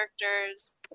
characters